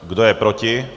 Kdo je proti?